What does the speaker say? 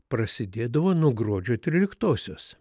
prasidėdavo nuo gruodžio tryliktosios